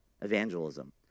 evangelism